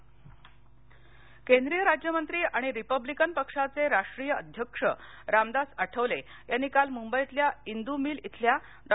रामदास आठवले केंद्रीय राज्यमंत्री आणि रिपब्लिकन पक्षाचे राष्ट्रीय अध्यक्ष रामदास आठवले यांनी काल मुंबईतल्या इंदू मिल इथल्या डॉ